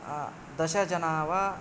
दश जनाः वा